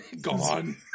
Gone